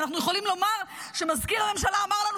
ואנחנו יכולים לומר שמזכיר הממשלה אמר לנו